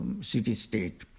city-state